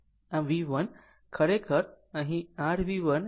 આમ V1 ખરેખર અહીં r V1 એ 38